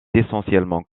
essentiellement